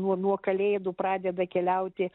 nuo nuo kalėdų pradeda keliauti